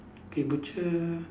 K butcher